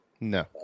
No